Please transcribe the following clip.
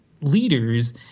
leaders